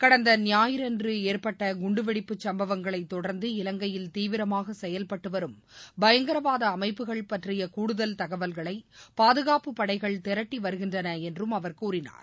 கடந்த ஞாயிறன்று ஏற்பட்ட குண்டுவெடிப்பு சம்பவங்களை தொடர்ந்து இலங்கையில் தீவிரமாக செயல்பட்டு வரும் பயங்கரவாத அமைப்புகள் பற்றிய கூடுதல் தகவல்களை பாதுகாப்பு படைகள் திரட்டி வருகின்றன என்றும் அவர் கூறினார்